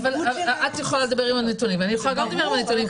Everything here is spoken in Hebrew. אבל את יכולה לדבר עם הנתונים ואני יכולה גם לדבר עם נתונים.